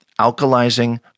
Alkalizing